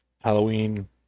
Halloween